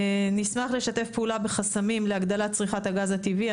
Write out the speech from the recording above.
נשמח לשתף פעולה בחסמים להגדלת צריכת הגז הטבעי.